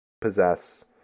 possess